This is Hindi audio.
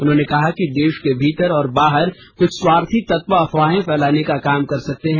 उन्होंने कहा कि देश के भीतर और बाहर कुछ स्वार्थी तत्व अफवाहें फैलाने का काम कर सकते हैं